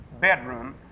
bedroom